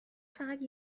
فقط